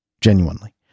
genuinely